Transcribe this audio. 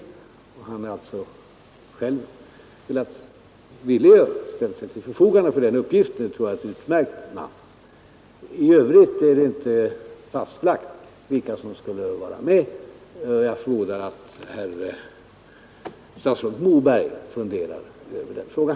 Han är alltså själv villig att ställa sig till förfogande för uppgiften. Jag tror det är en utmärkt man. I övrigt är det inte fastlagt vilka som skulle vara med. Jag förmodar att statsrådet Moberg funderar över den frågan.